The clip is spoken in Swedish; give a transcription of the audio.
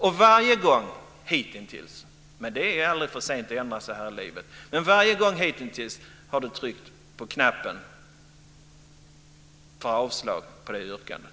Och varje gång hittills - men det är aldrig för sent att ändra sig här i livet - har Ulla-Britt Hagström tryckt på knappen för avslag till det yrkandet.